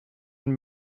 and